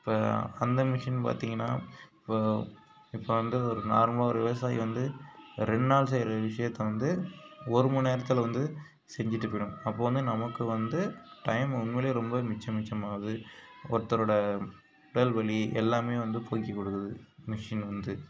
இப்போ அந்த மிஷின் பார்த்தீங்கனா இப்போ இப்போ வந்து ஒரு நார்மலாக ஒரு விவசாயி வந்து ஒரு ரெண்டு நாள் செய்கிற விஷயத்தை வந்து ஒரு மணி நேரத்தில் வந்து செஞ்சிட்டு போய்டும் அப்போ வந்து நமக்கு வந்து டைம் உண்மையிலே ரொம்ப மிச்சம் மிச்சம் ஆகுது ஒருத்தரோடய உடல் வலி எல்லாமே வந்து போக்கி கொடுக்குது மிஷின் வந்து